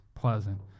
pleasant